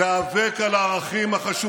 אולי ראש הממשלה לא יודע, אבל מדברים כל הזמן.